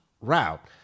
route